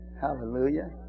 Hallelujah